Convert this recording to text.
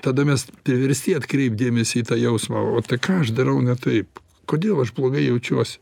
tada mes priversti atkreipt dėmesį į tą jausmą o tai ką aš darau ne taip kodėl aš blogai jaučiuosi